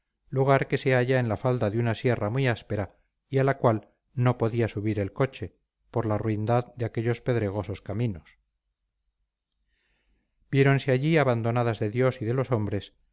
lugar que se halla en la falda de una sierra muy áspera y a la cual no podía subir el coche por la ruindad de aquellos pedregosos caminos viéronse allí abandonadas de dios y de los hombres